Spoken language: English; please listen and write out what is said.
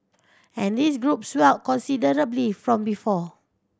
and this group swelled considerably from before